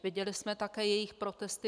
Viděli jsme také jejich protesty.